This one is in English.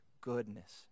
goodness